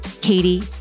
Katie